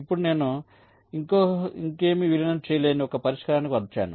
ఇప్పుడు నేను ఇంకేమీ విలీనం చేయలేని ఒక పరిష్కారానికి వచ్చాను